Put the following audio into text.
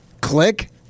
click